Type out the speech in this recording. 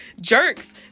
jerks